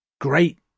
great